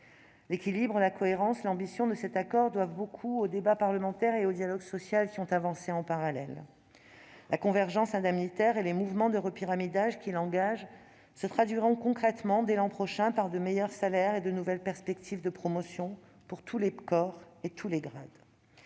L'équilibre, la cohérence et l'ambition de cet accord doivent beaucoup au débat parlementaire et au dialogue social, qui ont avancé en parallèle. La convergence indemnitaire et les mouvements de repyramidage qu'il engage se traduiront concrètement, dès l'an prochain, par de meilleurs salaires et de nouvelles perspectives de promotion pour tous les corps et tous les grades.